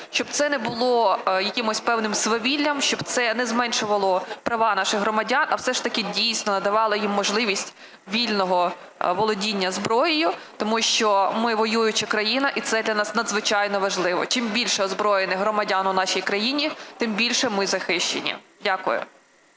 щоб це не було якимось певним свавіллям, щоб це не зменшувало права наших громадян, а все ж таки дійсно давало їм можливість вільного володіння зброєю, тому що ми – воююча країна і це для нас надзвичайно важливо. Чим більше озброєних громадян у нашій країні, тим більше ми захищені. Дякую.